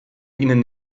ihnen